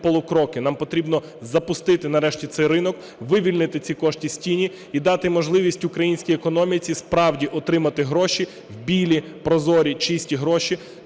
Нам потрібно запустити нарешті цей ринок, вивільнити ці кошти з тіні і дати можливість українській економіці справді отримати гроші "білі", прозорі, чисті гроші